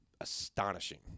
astonishing